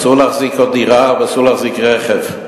אסור להחזיק עוד דירה ואסור להחזיק רכב.